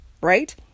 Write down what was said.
Right